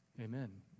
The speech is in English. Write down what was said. Amen